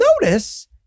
notice